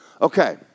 Okay